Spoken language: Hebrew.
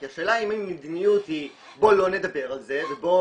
כי השאלה אם המדיניות היא "בוא לא נדבר על זה ובוא